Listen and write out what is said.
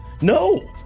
No